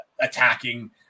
attacking